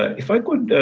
if i could